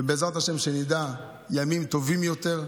ובעזרת השם שנדע ימים טובים יותר.